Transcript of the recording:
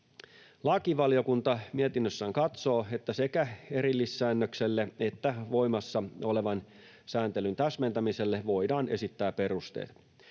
Lakivaliokunta mietinnössään katsoo, että sekä erillissäännökselle että voimassa olevan sääntelyn täsmentämiselle voidaan esittää perusteet.